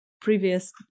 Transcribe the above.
previous